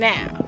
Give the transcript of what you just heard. Now